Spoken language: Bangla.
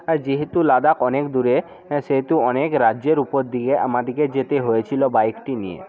আর যেহেতু লাদাখ অনেক দূরে হ্যাঁ সেহেতু অনেক রাজ্যের উপর দিয়ে আমাদেরকে যেতে হয়েছিলো বাইকটি নিয়ে